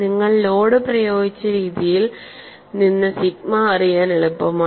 നിങ്ങൾ ലോഡ് പ്രയോഗിച്ച രീതിയിൽ നിന്ന് സിഗ്മ അറിയാൻ എളുപ്പമാണ്